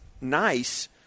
nice